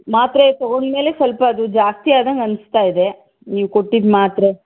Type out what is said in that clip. ಮಾತ್ರೆ ತಗೊಂಡ ಮೇಲೆ ಸ್ವಲ್ಪ ಅದು ಜಾಸ್ತಿ ಆದಂಗೆ ಅನ್ನಿಸ್ತಾ ಇದೆ ನೀವು ಕೊಟ್ಟಿದ್ದ ಮಾತ್ರೆ